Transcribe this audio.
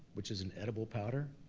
which is an edible powder,